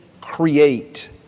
create